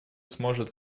сможет